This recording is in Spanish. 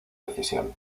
decisión